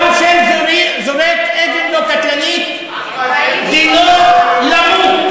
גם כשהוא זורק אבן לא קטלנית, אחמד, דינו למות.